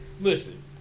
Listen